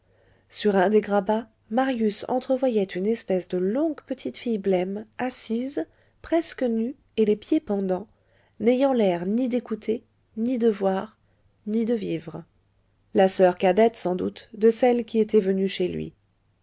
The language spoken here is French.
sur un des grabats marius entrevoyait une espèce de longue petite fille blême assise presque nue et les pieds pendants n'ayant l'air ni d'écouter ni de voir ni de vivre la soeur cadette sans doute de celle qui était venue chez lui